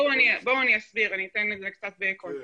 אני אסביר, אני אתן לזה קצת רקע.